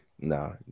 no